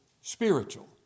spiritual